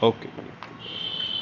okay